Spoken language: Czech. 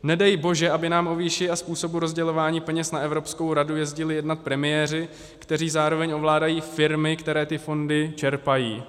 Nedej bože, aby nám o výši a způsobu rozdělování peněz na Evropskou radu jezdili jednat premiéři, kteří zároveň ovládají firmy, které ty fondy čerpají.